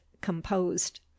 composed